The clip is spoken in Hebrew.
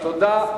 תודה.